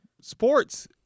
sports